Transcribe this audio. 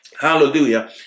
Hallelujah